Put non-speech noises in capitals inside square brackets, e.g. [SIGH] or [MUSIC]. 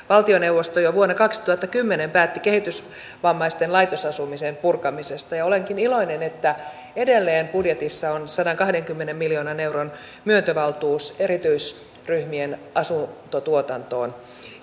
[UNINTELLIGIBLE] valtioneuvosto jo vuonna kaksituhattakymmenen päätti kehitysvammaisten laitos asumisen purkamisesta olenkin iloinen että edelleen budjetissa on sadankahdenkymmenen miljoonan euron myöntövaltuus erityisryhmien asuntotuotantoon